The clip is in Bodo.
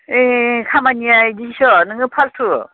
ए खामानिया बिदिसो नोङो फालथु